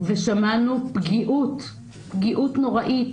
ושמענו פגיעות נוראית